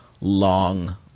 long